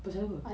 pasal apa